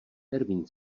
termín